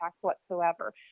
whatsoever